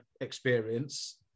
experience